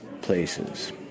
places